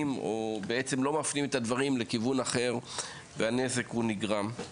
או בעצם לא מפנים את הדברים לכיוון אחר והנזק הוא נגרם.